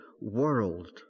world